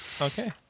Okay